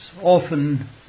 often